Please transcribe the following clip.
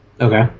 Okay